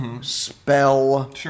Spell